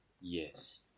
Yes